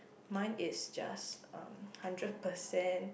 mine is just um hundred percent